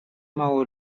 mało